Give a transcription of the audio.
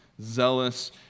zealous